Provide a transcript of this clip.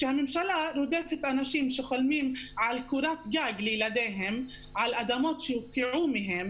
כשהממשלה רודפת אנשים שחולמים על קורת גג לילדיהם על אדמות שהופקעו מהם.